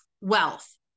wealth